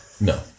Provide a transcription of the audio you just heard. No